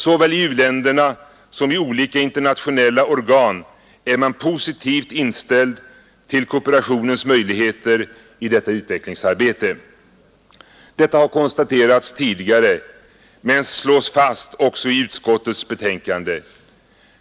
Såväl i u-länderna som i olika internationella organ är man positivt inställd till kooperationens möjligheter i detta utvecklingsarbete. Detta har konstaterats tidigare men slås fast också i utskottets betänkande.